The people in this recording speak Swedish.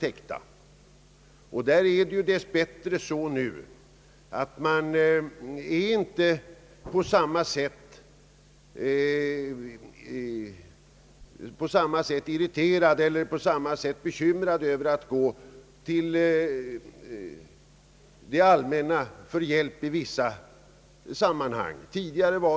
Dess bättre ställer sig mäninskor numera inte på samma sätt tveksamma inför att vända sig till det allmänna för att få hjälp i vissa sammanhang.